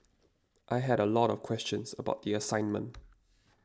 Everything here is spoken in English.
I had a lot of questions about the assignment